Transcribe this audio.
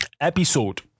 episode